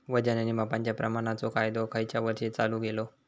वजन आणि मापांच्या प्रमाणाचो कायदो खयच्या वर्षी चालू केलो?